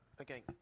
Okay